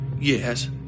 Yes